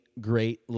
great